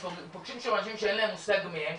ופוגשים שמה אנשים שאין להם מושג מי הם,